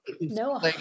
no